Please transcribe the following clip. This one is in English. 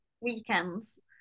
weekends